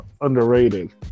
underrated